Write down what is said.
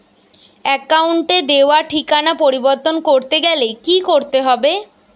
অ্যাকাউন্টে দেওয়া ঠিকানা পরিবর্তন করতে গেলে কি করতে হবে?